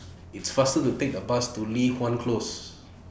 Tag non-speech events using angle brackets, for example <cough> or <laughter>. <noise> It's faster to Take The Bus to Li Hwan Close